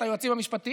את היועצים המשפטיים,